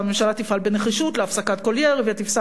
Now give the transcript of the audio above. הממשלה תפעל בנחישות להפסקת כל ירי ותפעל